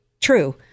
True